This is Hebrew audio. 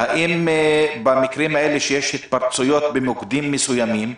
במקרים האלה שיש התפרצויות במוקדים מסוימים,